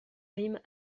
rime